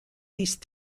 least